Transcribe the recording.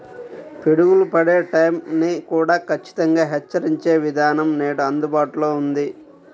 పిడుగులు పడే టైం ని కూడా ఖచ్చితంగా హెచ్చరించే విధానం నేడు అందుబాటులో ఉంది